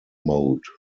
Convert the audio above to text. mode